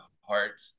heart